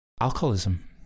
alcoholism